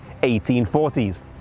1840s